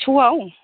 सआव